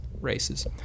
races